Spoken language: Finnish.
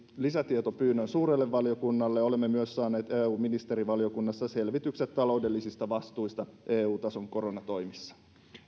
lisätietopyynnön suurelle valiokunnalle ja olemme myös saaneet eu ministerivaliokunnasta selvitykset taloudellisista vastuista eu tason koronatoimissa